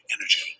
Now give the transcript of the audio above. energy